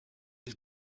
was